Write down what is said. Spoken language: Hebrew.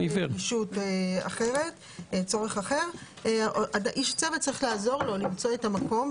עם צורך אחר - איש צוות צריך לעזור לו למצוא את המקום,